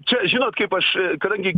čia žinot kaip aš kadangi